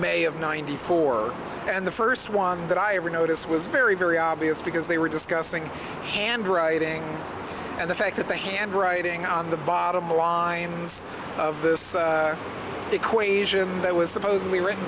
may of ninety four and the first one that i ever noticed was very very obvious because they were discussing and writing and the fact that the handwriting on the bottom line of this equation that was supposedly written